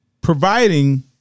providing